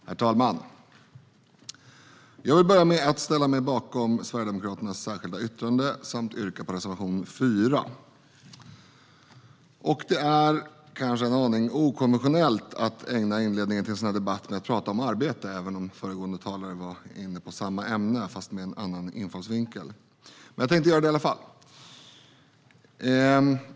Herr talman! Jag vill börja med att ställa mig bakom Sverigedemokraternas särskilda yttrande och yrka bifall till reservation 4. Det är kanske en aning okonventionellt att ägna inledningen till en sådan här debatt åt att prata om arbete, även om föregående talare var inne på samma ämne fast med en annan infallsvinkel. Men jag tänkte göra det i alla fall.